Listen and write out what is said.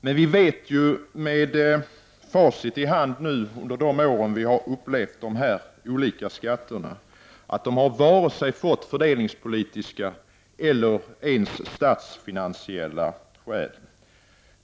Men vi vet nu, med facit i hand, efter de år vi har upplevt de olika skat terna, att de inte har fått vare sig fördelningspolitiska eller ens statsfinansiella effekter.